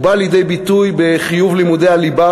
הוא בא לידי ביטוי בחיוב לימודי הליבה